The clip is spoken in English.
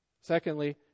Secondly